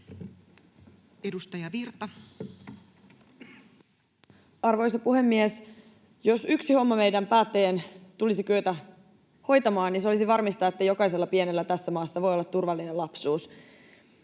Edustaja Virta. Arvoisa puhemies! Jos yksi homma meidän päättäjien tulisi kyetä hoitamaan, niin se olisi varmistaa, että jokaisella pienellä tässä maassa voi olla turvallinen lapsuus.